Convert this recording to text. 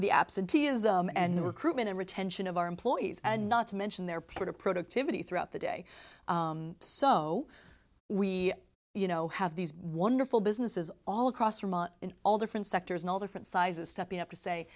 the absenteeism and the recruitment and retention of our employees and not to mention their part of productivity throughout the day so we you know have these wonderful businesses all across in all different sectors in all different sizes stepping up to say